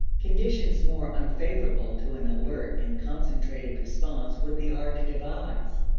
conditions more unfavorable to an alert and concentrated response would be hard to devise.